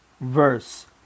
verse